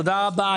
תודה רבה.